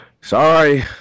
sorry